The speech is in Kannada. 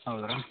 ಹೌದ್ರಾ